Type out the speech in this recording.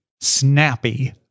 snappy